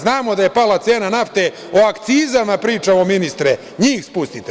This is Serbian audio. Znamo da je pala cena nafte, o akcizama pričamo ministre, njih spustite.